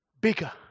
bigger